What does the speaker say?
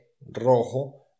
rojo